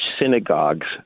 synagogues